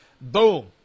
boom